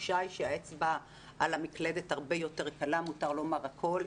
התחושה היא שהאצבע על המקלדת הרבה יותר קלה ומותר לומר הכול.